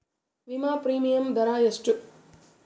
ವಿಮಾ ಪ್ರೀಮಿಯಮ್ ದರಾ ಎಷ್ಟು?